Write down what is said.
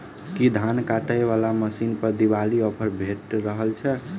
की धान काटय वला मशीन पर दिवाली ऑफर भेटि रहल छै?